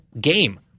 game